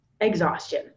exhaustion